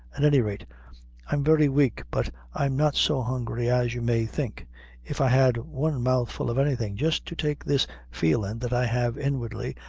at any rate i'm very weak, but i'm not so hungry as you may think if i had one mouthful of anything just to take this feelin' that i have inwardly,